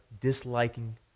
disliking